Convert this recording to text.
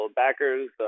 backers